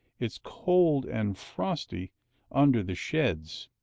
is cold and frosty under the sheds,